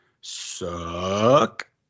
suck